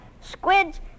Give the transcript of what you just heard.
squids